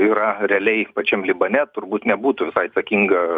yra realiai pačiam libane turbūt nebūtų visai atsakinga